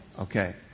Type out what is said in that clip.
Okay